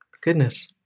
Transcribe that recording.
goodness